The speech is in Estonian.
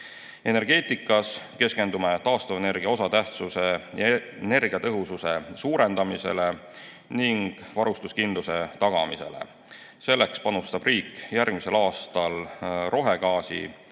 Energeetikas keskendume taastuvenergia osatähtsuse ja energiatõhususe suurendamisele ning varustuskindluse tagamisele. Selleks panustab riik järgmisel aastal rohegaasi